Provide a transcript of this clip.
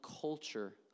culture